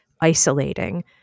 isolating